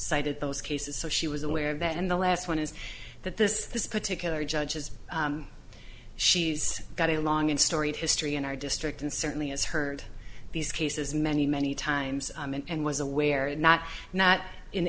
cited those cases so she was aware of that and the last one is that this this particular judge as she's got a long and storied history in our district and certainly has heard these cases many many times and was aware that not not in